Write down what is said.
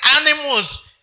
animals